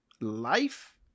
life